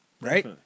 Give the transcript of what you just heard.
right